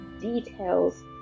details